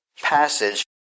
passage